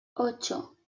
ocho